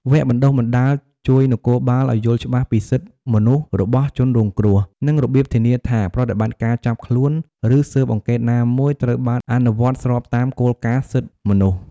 វគ្គបណ្តុះបណ្តាលជួយនគរបាលឱ្យយល់ច្បាស់ពីសិទ្ធិមនុស្សរបស់ជនរងគ្រោះ និងរបៀបធានាថាប្រតិបត្តិការចាប់ខ្លួនឬស៊ើបអង្កេតណាមួយត្រូវបានអនុវត្តស្របតាមគោលការណ៍សិទ្ធិមនុស្ស។